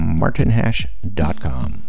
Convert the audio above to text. martinhash.com